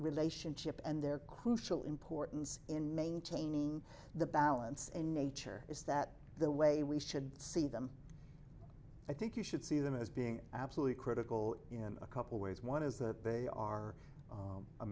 relationship and their crucial importance in maintaining the balance in nature is that the way we should see them i think you should see them as being absolutely critical in a couple ways one is that they are